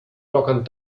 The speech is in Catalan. toquen